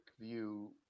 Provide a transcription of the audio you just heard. view